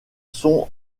son